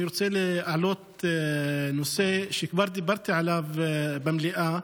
אני רוצה להעלות נושא שכבר דיברתי עליו במליאה,